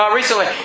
recently